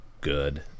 good